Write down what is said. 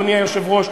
אדוני היושב-ראש,